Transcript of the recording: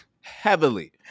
heavily